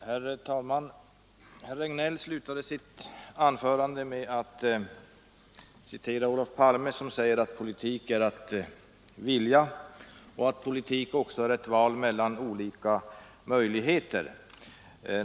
Herr talman! Herr Regnéll slutade sitt anförande med att citera Olof Palme, som säger att politik är att vilja, och han tillade att politik också är ett val mellan olika möjligheter.